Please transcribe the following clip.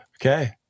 Okay